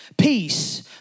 Peace